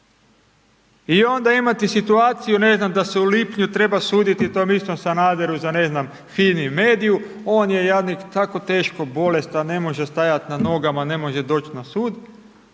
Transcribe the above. I onda imate situaciju, ne znam, da se u lipnju treba suditi tom istom Sanaderu za ne znam Fimi mediju, on je jadnik tako teško bolestan, ne može stajat na nogama, ne može doć na sud,